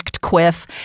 quiff